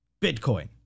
Bitcoin